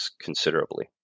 considerably